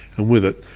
and with it,